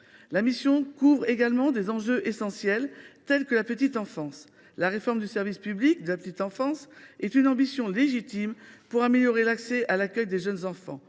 La mission couvre également des enjeux essentiels tels que la petite enfance. La réforme du service public de la petite enfance (SPPE) est une ambition légitime pour améliorer l’accès à l’accueil des jeunes enfants.